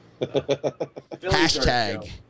Hashtag